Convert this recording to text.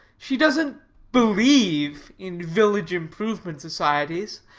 she doesn't believe in village improvement societies,